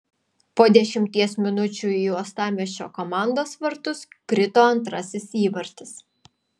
po dešimties minučių į uostamiesčio komandos vartus krito antrasis įvartis